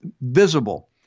visible